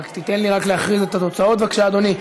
תן לי רק להכריז את התוצאות, בבקשה, אדוני.